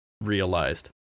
realized